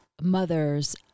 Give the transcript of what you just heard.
mothers